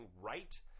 right